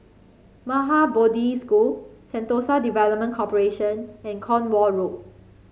Maha Bodhi School Sentosa Development Corporation and Cornwall Road